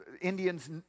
Indians